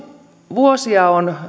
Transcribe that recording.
vuosia on